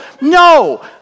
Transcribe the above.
No